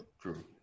True